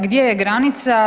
Gdje je granica?